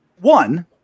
one